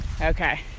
Okay